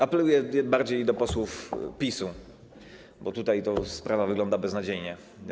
Apeluję bardziej do posłów PiS-u, bo tutaj to sprawa wygląda beznadziejnie.